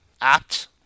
apt